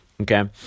okay